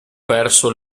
verso